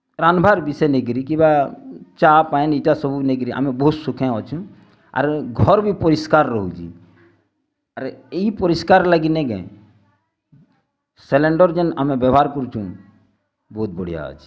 ରନ୍ଦ୍ବାର୍ ବିଷୟ ନେଇକିରି କିମ୍ବା ଚା ପାଇନ୍ ଇଟା ସବୁ ନେଇକିରି ବହୁତ୍ ସୁଖେଁ ଅଛୁଁ ଆର୍ ଘର୍ ବି ପରିସ୍କାର୍ ରହୁଛି ଆର୍ ଏହି ପରିସ୍କାର୍ ଲାଗି ନେଇକେ ସିଲିଣ୍ଡର୍ ଜେନ୍ ଆମେ ବ୍ୟବହାର୍ କରୁଛୁଁ ବହୁତ୍ ବଢ଼ିଆ ଅଛି